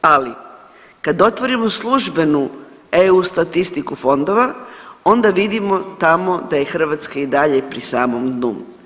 Ali kad otvorimo službenu EU statistiku fondova onda vidimo tamo da je Hrvatska i dalje pri samom dnu.